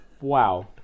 Wow